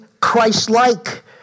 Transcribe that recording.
Christ-like